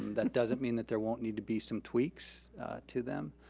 that doesn't mean that there won't need to be some tweaks to them,